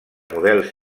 models